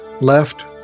left